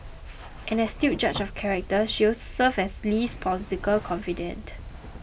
an astute judge of character she also served as Lee's political confidante